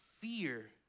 fear